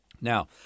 Now